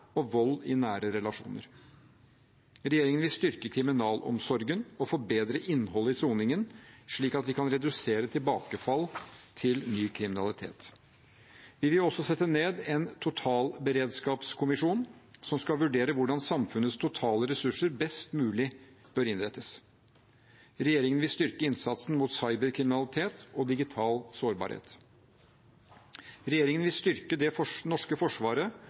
og vold i nære relasjoner. Regjeringen vil styrke kriminalomsorgen og forbedre innholdet i soningen, slik at vi kan redusere tilbakefall til ny kriminalitet. Vi vil også sette ned en totalberedskapskommisjon som skal vurdere hvordan samfunnets totale ressurser best mulig bør innrettes. Regjeringen vil styrke innsatsen mot cyberkriminalitet og digital sårbarhet. Regjeringen vil styrke det norske forsvaret